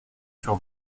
sur